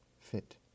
fit